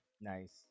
nice